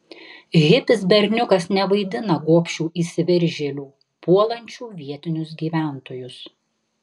hipis berniukas nevaidina gobšių įsiveržėlių puolančių vietinius gyventojus